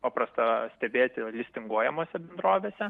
paprasta stebėti listinguojamose bendrovėse